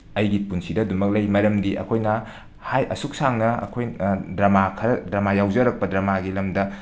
ꯑꯩꯒꯤ ꯄꯨꯟꯁꯤꯗ ꯑꯗꯨꯃꯛ ꯂꯩ ꯃꯔꯝꯗꯤ ꯑꯈꯣꯏꯅ ꯍꯥꯏ ꯑꯁꯨꯛ ꯁꯥꯡꯅ ꯗ꯭ꯔꯃꯥ ꯈꯔ ꯗ꯭ꯔꯃꯥ ꯌꯥꯎꯖꯔꯛꯄ ꯗ꯭ꯔꯃꯥꯒꯤ ꯂꯝꯗ